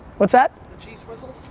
what's that? the cheese swizzles?